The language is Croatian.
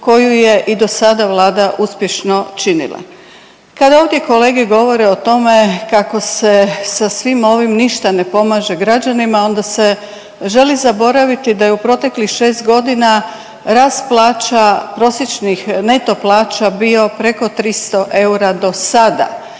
koju je i do sada Vlada uspješno činila. Kad ovdje kolege govore o tome kako se sa svim ovim ništa ne pomaže građanima, onda se želi zaboraviti da je u proteklih šest godina rast plaća prosječnih neto plaća bio preko 300 eura do sada.